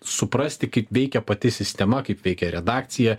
suprasti kaip veikia pati sistema kaip veikia redakcija